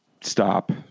Stop